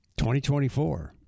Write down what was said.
2024